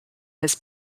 his